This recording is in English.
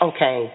Okay